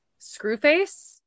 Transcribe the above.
Screwface